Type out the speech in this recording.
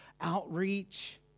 outreach